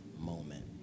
moment